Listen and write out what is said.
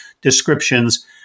descriptions